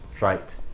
right